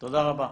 תודה רבה.